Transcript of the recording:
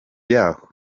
yaho